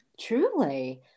Truly